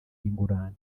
y’ingurane